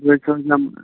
رٔٹِو حظ نمبر